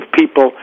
people